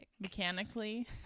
mechanically